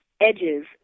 edges